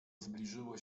zbliżyło